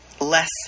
less